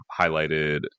highlighted